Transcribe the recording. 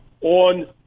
on